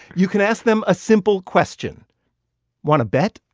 you can ask them a simple question want to bet?